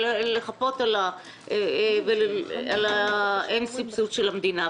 ולחפות על האין סבסוד של המדינה.